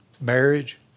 marriage